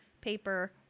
paper